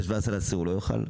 עד ה-17 באוקטובר הוא לא יאכל?